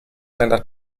nella